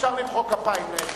אפשר למחוא כפיים.